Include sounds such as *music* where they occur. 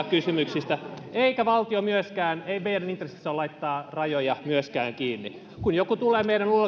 *unintelligible* kysymyksistä eikä meidän intresseissämme myöskään ole laittaa rajoja kiinni kun joku tulee meidän